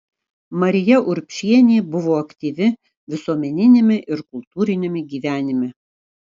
marija urbšienė buvo aktyvi visuomeniniame ir kultūriniame gyvenime